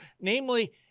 Namely